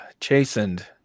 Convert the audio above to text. Chastened